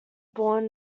born